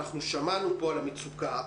שמענו פה על המצוקה.